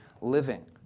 living